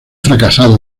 fracasado